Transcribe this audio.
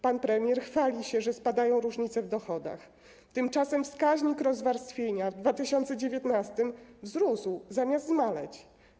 Pan premier chwali się, że spadają różnice w dochodach, tymczasem wskaźnik rozwarstwienia w 2019 r. wzrósł, zamiast zmaleć.